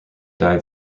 died